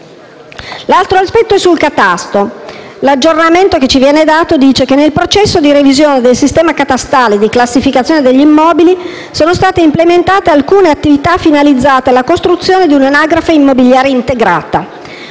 L'altro aspetto riguarda il catasto, ove si dice che nell'ambito del processo di revisione del sistema catastale di classificazione degli immobili sono state implementate alcune attività finalizzate alla costruzione di un'anagrafe immobiliare integrata,